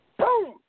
boom